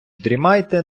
дрімайте